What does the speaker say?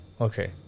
Okay